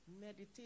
Meditate